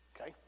Okay